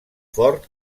fort